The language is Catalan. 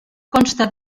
consta